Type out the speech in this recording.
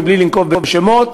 מבלי לנקוב בשמות,